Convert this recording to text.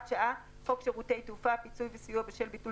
השעה" חוק שירותי תעופה (פיצוי וסיוע בשל ביטול